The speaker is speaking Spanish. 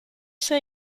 ese